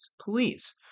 please